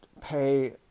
pay